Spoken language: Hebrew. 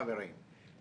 חברים,